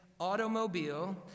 automobile